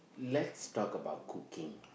let's talk about cooking